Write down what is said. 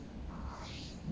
mm ya lor